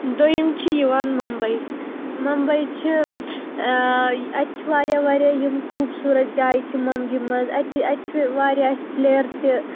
دوٚیِم چھِ یِوان ممبَے ممبَے چھِ اَتہِ چھِ واریاہ واریاہ یِم خوٗبصوٗرت جایہِ چھِ ممبیہِ منٛز اَتہِ اَتہِ چھِ بیٚیہِ واریاہ اَسہِ پٕلیر تہِ